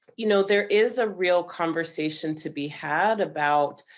you know, there is a real conversation to be had about